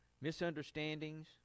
misunderstandings